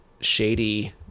shady